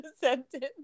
sentence